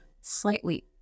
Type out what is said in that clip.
slightly